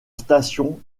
station